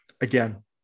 Again